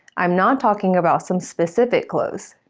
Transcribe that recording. i'm not talking about some specific clothes.